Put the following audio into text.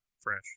fresh